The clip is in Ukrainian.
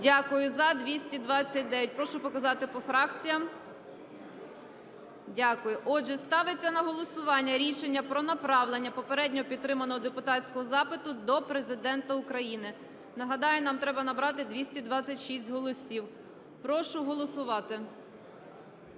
Дякую. За – 229. Прошу показати по фракціям. Дякую. Отже, ставиться на голосування рішення про направлення попередньо підтриманого депутатського запиту до Президента України. Нагадаю, нам треба набрати 226 голосів. Прошу голосувати.